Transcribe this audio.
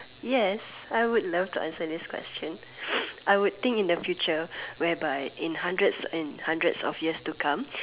yes I would love to answer this question I would think in the future whereby in hundreds in hundreds of years to come